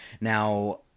Now